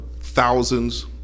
thousands